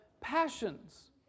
passions